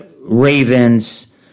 Ravens